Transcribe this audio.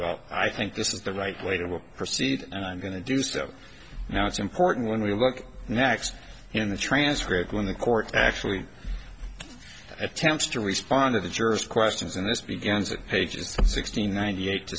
well i think this is the right way to proceed and i'm going to do so now it's important when we look next in the transcript when the court actually attempts to respond of the jurors questions and this begins with pages sixteen ninety eight